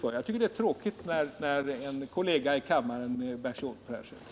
Jag tycker att det är tråkigt när en kollega i kammaren bär sig åt på detta sätt.